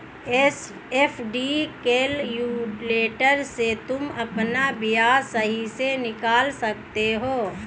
FD calculator से तुम अपना ब्याज सही से निकाल सकते हो